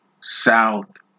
South